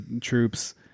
troops